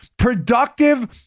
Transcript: productive